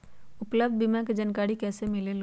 उपलब्ध बीमा के जानकारी कैसे मिलेलु?